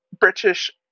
British